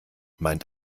meint